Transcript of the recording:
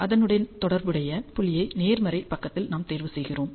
அதனுடன் தொடர்புடைய புள்ளியை நேர்மறை பக்கத்தில் நாம் தேர்வு செய்கிறோம்